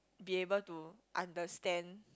be able to understand